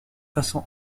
façon